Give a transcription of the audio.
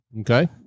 okay